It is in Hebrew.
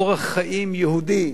אורח חיים יהודי,